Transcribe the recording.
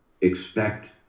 expect